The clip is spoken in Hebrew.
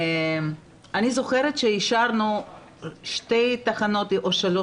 אני זוכרת שאישרנו שתי תחנות או שלוש,